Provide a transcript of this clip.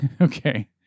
Okay